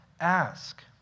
ask